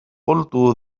قلت